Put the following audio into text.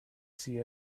see